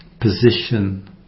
position